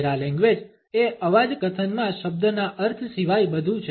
paralanguage એ અવાજ કથનમાં શબ્દના અર્થ સિવાય બધું છે